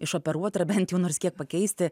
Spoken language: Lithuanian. išoperuot ar bent jau nors kiek pakeisti